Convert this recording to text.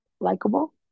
likable